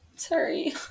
Sorry